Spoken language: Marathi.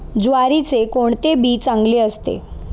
ज्वारीचे कोणते बी चांगले असते?